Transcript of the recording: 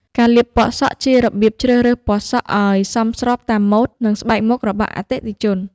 ការលាបពណ៌សក់ ជារបៀបជ្រើសរើសពណ៌សក់ឱ្យសមស្របតាមម៉ូដ និងស្បែកមុខរបស់អតិថិជន។